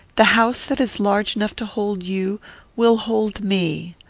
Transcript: the house that is large enough to hold you will hold me.